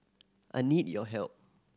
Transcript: I need your help